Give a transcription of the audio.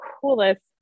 coolest